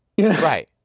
Right